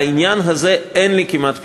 לעניין הזה אין לי כמעט פתרון.